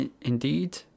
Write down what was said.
indeed